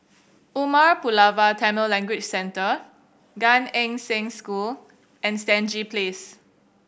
Umar Pulavar Tamil Language Centre Gan Eng Seng School and Stangee Place